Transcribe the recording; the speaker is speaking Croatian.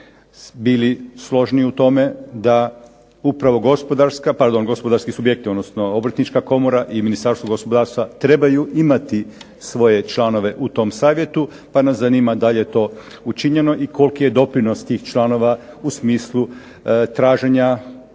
bili složni u tome da upravo gospodarski subjekti, odnosno Obrtnička komora i Ministarstvo gospodarstva trebaju imati svoje članove u tom Savjetu pa nas zanima da li je to učinjeno i koliki je doprinos tih članova u smislu traženja